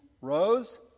rose